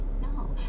no